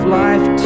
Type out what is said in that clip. life